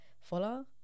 follow